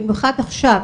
במיוחד עכשיו.